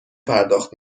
پرداخت